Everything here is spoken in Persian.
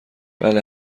بله